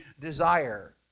desire